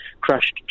crushed